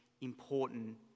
important